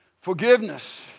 forgiveness